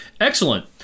Excellent